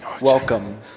welcome